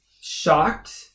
shocked